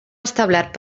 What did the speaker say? establert